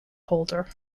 holder